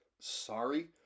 Sorry